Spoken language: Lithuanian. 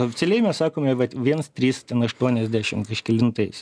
oficialiai mes sakome vat viens trys ten aštuoniasdešimt kažkelintais